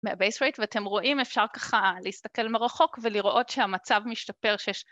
מהבייס רייט ואתם רואים אפשר ככה להסתכל מרחוק ולראות שהמצב משתפר